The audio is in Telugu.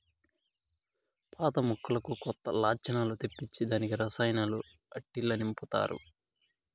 పాత మొక్కలకు కొత్త లచ్చణాలు తెప్పించే దానికి రసాయనాలు ఆట్టిల్ల నింపతారు